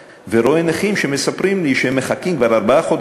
ופוגש נכים שמספרים לי שהם מחכים כבר ארבעה חודשים,